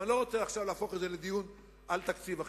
אני לא רוצה להפוך את זה עכשיו לדיון על תקציב החינוך,